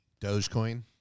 Dogecoin